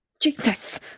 Jesus